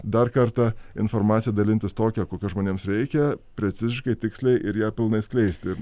dar kartą informacija dalintis tokia kokios žmonėms reikia preciziškai tiksliai ir ją pilnai skleisti ir